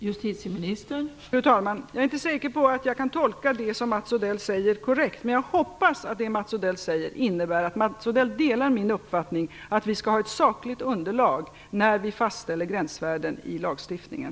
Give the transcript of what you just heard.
Fru talman! Jag är inte säker på att jag kan tolka det som Mats Odell säger korrekt. Men jag hoppas att det Mats Odell säger innebär att Mats Odell delar min uppfattning att vi skall ha ett sakligt underlag när vi fastställer gränsvärden i lagstiftningen.